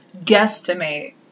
guesstimate